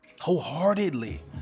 wholeheartedly